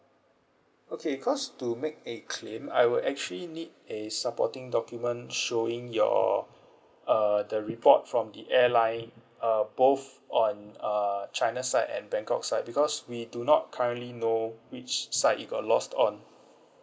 okay cause to make a claim I will actually need a supporting document showing your uh the report from the airline uh both on uh china side at bangkok side because we do not currently know which side it got lost on